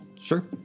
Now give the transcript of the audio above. Sure